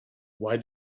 why